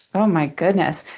oh, my goodness.